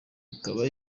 ikaba